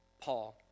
Paul